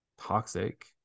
toxic